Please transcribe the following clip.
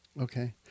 Okay